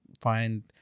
find